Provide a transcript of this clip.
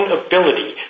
ability